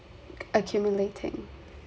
accumulating